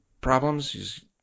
problems